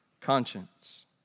conscience